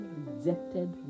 rejected